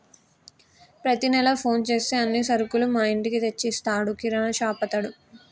ప్రతి నెల ఫోన్ చేస్తే అన్ని సరుకులు మా ఇంటికే తెచ్చిస్తాడు కిరాణాషాపతడు